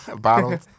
bottle